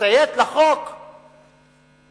תציית לחוק התכנון,